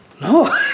No